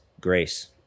grace